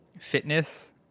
fitness